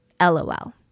LOL